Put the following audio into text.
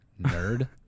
nerd